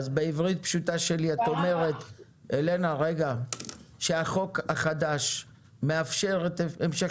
בעברית פשוטה שלי את אומרת שהחוק החדש מאפשר את המשך